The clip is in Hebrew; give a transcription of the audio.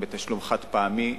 בתשלום חד-פעמי,